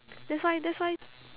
that's why that's why